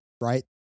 Right